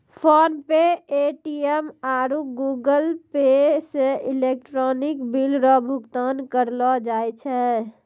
PhonePe Paytm आरु Google Pay से electronic bill रो भुगतान करलो जाय छै